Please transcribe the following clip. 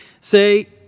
say